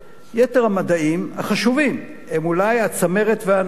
יתר המדעים, החשובים, הם אולי הצמרת והענפים,